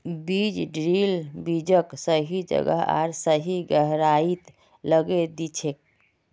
बीज ड्रिल बीजक सही जगह आर सही गहराईत लगैं दिछेक